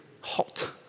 hot